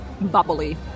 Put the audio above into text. bubbly